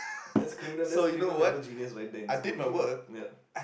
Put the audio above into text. that's criminal that's criminal level genius right there in school ya